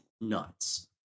nuts